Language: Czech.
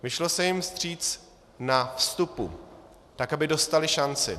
Vyšlo se jim vstříc na vstupu, tak aby dostali šanci.